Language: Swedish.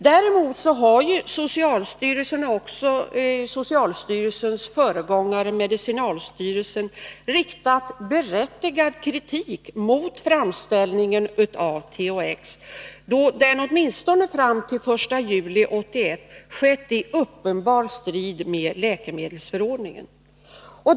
Däremot har socialstyrelsen och även socialstyrelsens föregångare, medicinalstyrelsen, riktat berättigad kritik mot framställningen av THX. Denna har ju åtminstone fram till den 1 juli 1981 skett i uppenbar strid med läkemedelsförordningen.